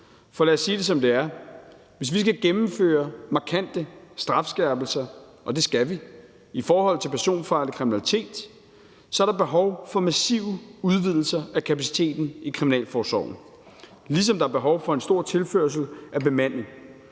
for lad os sige det, som det er: Hvis vi skal gennemføre markante strafskærpelser, og det skal vi, for personfarlig kriminalitet, så er der behov for massive udvidelser af kapaciteten i kriminalforsorgen, ligesom der er behov for en stor tilførsel af bemanding.